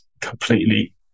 completely